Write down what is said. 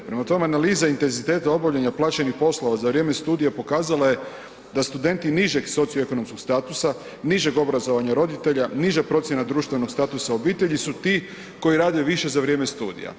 Prema tome, analiza intenziteta obavljanja plaćenih poslova za vrijeme studija pokazala je da studenti nižeg socioekonomskog statusa, nižeg obrazovanja roditelja, niža procjena društvenog statusa obitelji su ti koji rade više za vrijeme studija.